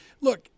Look